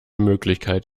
möglichkeit